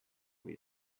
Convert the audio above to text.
dit